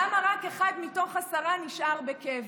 למה רק אחד מתוך עשרה נשאר בקבע?